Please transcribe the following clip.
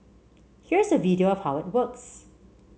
here's a video of how it works